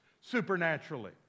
supernaturally